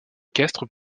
castres